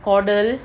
கொடல்:kodal